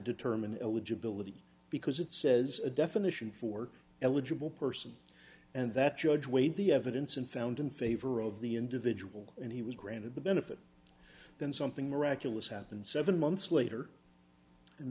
determine eligibility because it says a definition for eligible person and that judge weighed the evidence and found in favor of the individual and he was granted the benefit then something miraculous happened seven months later and